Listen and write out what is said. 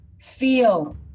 feel